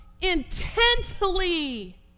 intently